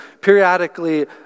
periodically